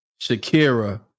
Shakira